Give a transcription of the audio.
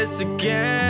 again